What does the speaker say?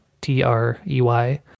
T-R-E-Y